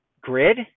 grid